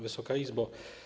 Wysoka Izbo!